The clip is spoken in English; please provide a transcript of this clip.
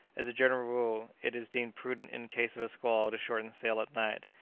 as a general rule, it is deemed prudent in case of a squall to shorten sail at night,